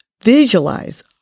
Visualize